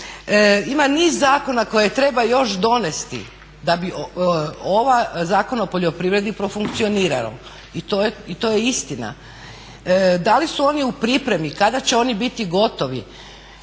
Ima niz zakona koje treba još donijeti da bi ovaj Zakon o poljoprivredi profunkcionirao i to je istina. Da li su oni u pripremi, kada će oni biti gotovi,